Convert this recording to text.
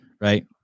Right